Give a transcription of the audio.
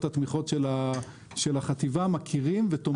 התמיכות של החטיבה מכירים ותומכים בזה.